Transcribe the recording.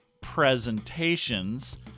presentations